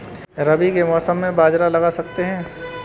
रवि के मौसम में बाजरा लगा सकते हैं?